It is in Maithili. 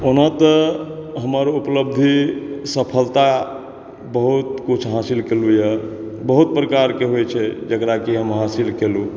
ओना तऽ हमर उपलब्धि सफलता बहुत कुछ हासिल केलूँ य बहुत प्रकारके होइ छै जेकरा कि हम हासिल केलूँ